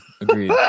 Agreed